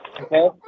okay